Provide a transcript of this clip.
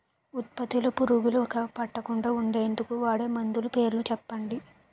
ఉత్పత్తి లొ పురుగులు పట్టకుండా ఉండేందుకు వాడే మందులు పేర్లు చెప్పండీ?